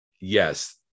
yes